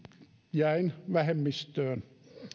jäin vähemmistöön